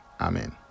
Amen